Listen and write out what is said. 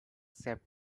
except